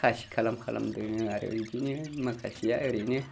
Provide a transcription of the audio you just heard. खासि खालाम खालाम दोनो आरो बिदिनो माखासेया ओरैनो